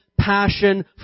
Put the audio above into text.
passion